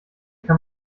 kann